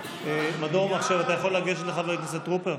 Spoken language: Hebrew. מדור מחשב, אתה יכול לגשת לחבר הכנסת טרופר?